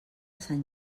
sant